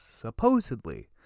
supposedly